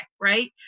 right